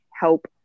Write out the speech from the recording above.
help